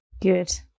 Good